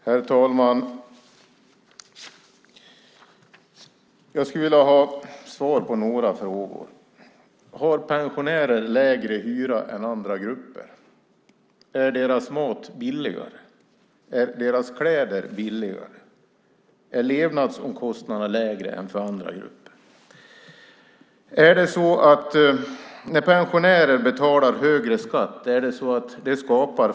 Herr talman! Jag skulle vilja ha svar på några frågor. Har pensionärer lägre hyra än andra grupper? Är deras mat billigare? Är deras kläder billigare? Är levnadsomkostnaderna lägre än för andra grupper? Skapar det fler arbetstillfällen när pensionärer betalar högre skatt?